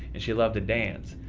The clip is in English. and she loved to dance.